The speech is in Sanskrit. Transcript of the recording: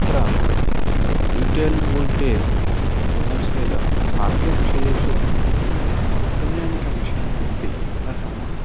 अत्र रिटैल् वोल्टे वोल्सेलं मार्केट् विषयेषु वक्तव्याः के विषयाः सन्ति अतः